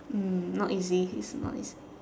mm not easy it's not easy